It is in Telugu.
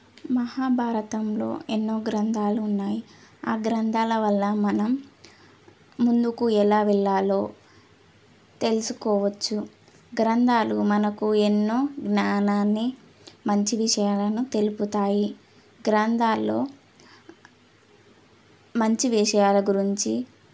మహాభారతంలో ఎన్నో గ్రంధాలు ఉన్నాయి ఆ గ్రంధాల వల్ల మనం ముందుకు ఎలా వెళ్ళాలో తెలుసుకోవచ్చు గ్రంధాలు మనకు ఎన్నో జ్ఞానాన్ని మంచి విషయాలను తెలుపుతాయి గ్రంధాల్లో మంచి విషయాల గురించి